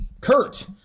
Kurt